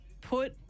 put